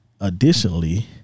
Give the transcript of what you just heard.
Additionally